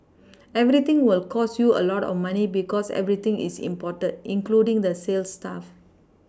everything will cost you a lot of money because everything is imported including the sales staff